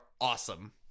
awesome